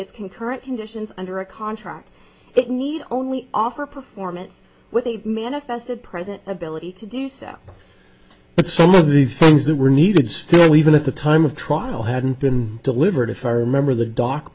its concurrent conditions under a contract it need only offer performance with a manifested present ability to do so but some of the things that were needed still even at the time of trial hadn't been delivered if i remember the dock